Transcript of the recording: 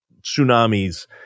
tsunamis